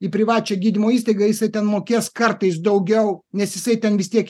į privačią gydymo įstaigą jisai ten mokės kartais daugiau nes jisai ten vis tiek